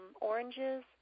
Oranges